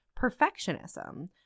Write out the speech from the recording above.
perfectionism